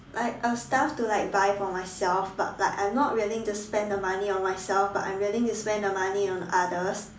like a stuff to like buy for myself but like I'm not willing to spend the money on myself but I'm willing to spend the money on others